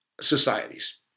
societies